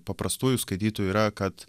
paprastųjų skaitytojų yra kad